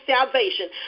salvation